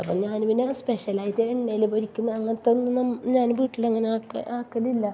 അപ്പം ഞാൻ പിന്നെ സ്പെഷ്യലായിട്ട് എണ്ണയിൽ പൊരിക്കുന്ന അങ്ങനത്തെ ഒന്നും ഞാൻ വീട്ടിൽ അങ്ങനെ ആക്കുന്നില്ല